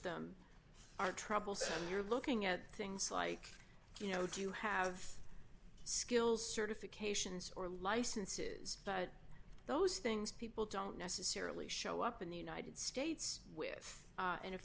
them are troublesome you're looking at things like you know do you have skills certifications or licenses but those things people don't necessarily show up in the united states with and if